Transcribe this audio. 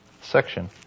section